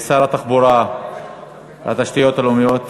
שר התחבורה, התשתיות הלאומיות